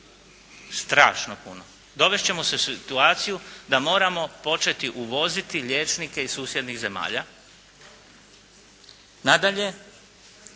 Strašno puno. Dovest ćemo se u situaciju da moramo početi uvoziti liječnike iz susjednih zemalja. Nadalje,